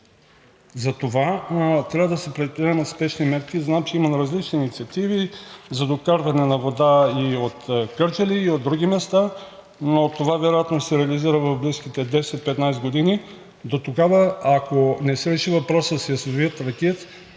Затова трябва да се предприемат спешни мерки. Знам, че имаме различни инициативи за докарване на вода и от Кърджали, и от други места. Това вероятно ще се реализира в близките 10 – 15 години. Дотогава, ако не се реши въпросът с язовир “Тракиец“,